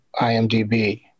IMDb